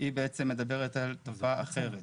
היא בעצם מדברת על תופעה אחרת.